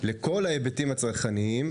לכל ההיבטים הצרכניים?